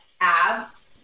abs